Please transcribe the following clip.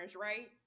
right